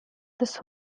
this